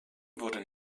wurde